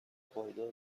پایدار